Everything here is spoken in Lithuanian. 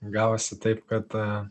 gavosi taip kad